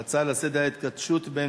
בעד, 10,